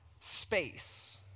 space